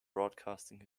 broadcasting